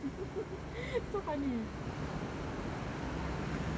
so funny